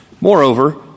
Moreover